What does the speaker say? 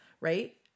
Right